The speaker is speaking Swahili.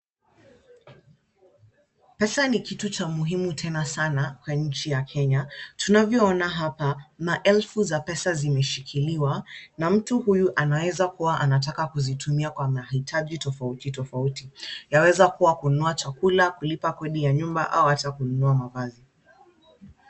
Pesa ni kitu cha muhimu tena sana kwa nchi ya Kenya. Tunavyoona hapa, maelfu za pesa zimeshikiliwa na mtu huyu anaweza kuwa anataka kuzitumia kwa mahitaji tofauti tofauti. Yawezakuwa kununua chakula, kulipa kodi ya nyumba au hata kununua mavazi.